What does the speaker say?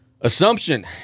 Assumption